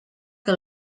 que